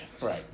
right